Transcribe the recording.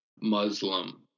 Muslim